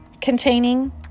containing